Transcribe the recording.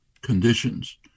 conditions